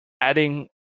adding